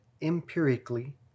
empirically